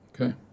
Okay